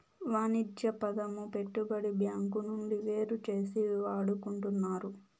వాణిజ్య పదము పెట్టుబడి బ్యాంకు నుండి వేరుచేసి వాడుకుంటున్నారు